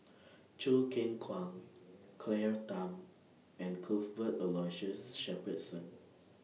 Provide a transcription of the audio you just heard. Choo Keng Kwang Claire Tham and Cuthbert Aloysius Shepherdson